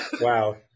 Wow